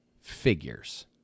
figures